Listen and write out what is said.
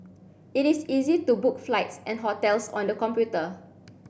it is easy to book flights and hotels on the computer